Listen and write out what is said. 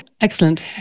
excellent